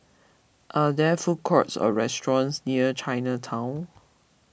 are there food courts or restaurants near Chinatown